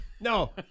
No